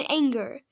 anger